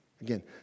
Again